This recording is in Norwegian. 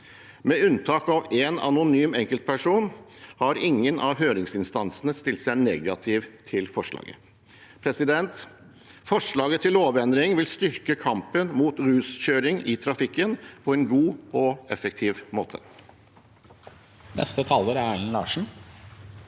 Med unntak av én anonym enkeltperson har ingen av høringsinstansene stilt seg negative til forslaget. Forslaget til lovendring vil styrke kampen mot ruskjøring i trafikken på en god og effektiv måte.